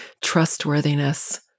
trustworthiness